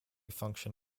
function